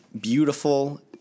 beautiful